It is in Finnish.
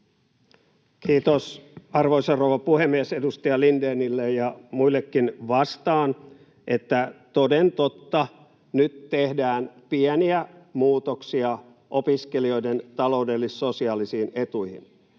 Kiitos, arvoisa rouva puhemies! Edustaja Lindénille ja muillekin vastaan, että toden totta, nyt tehdään pieniä muutoksia opiskelijoiden taloudellis-sosiaalisiin etuihin.